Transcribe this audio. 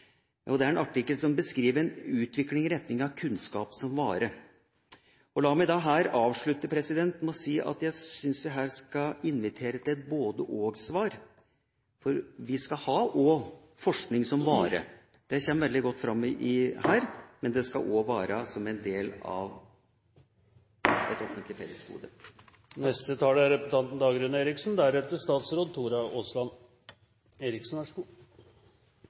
Det er en artikkel som beskriver en utvikling i retning av kunnskap som vare. La meg avslutte med å si at jeg her syns vi skal invitere til et både–og-svar, for vi skal også ha forskning som vare. Det kommer veldig godt fram her, men det skal også være en del av et offentlig fellesgode. La meg først takke saksordføreren for både et godt innlegg og god